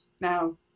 Now